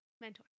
mentor